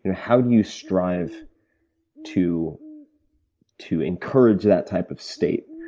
and how do you strive to to encourage that type of state?